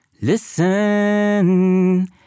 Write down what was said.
Listen